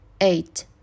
eight